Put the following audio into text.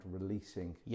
releasing